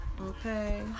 okay